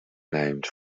named